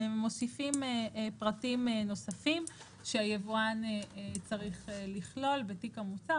מוסיפים פרטים נוספים שהיבואן צריך לכלול בתיק המוצר.